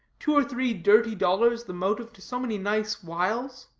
two or three dirty dollars the motive to so many nice wiles?